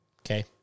Okay